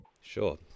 Sure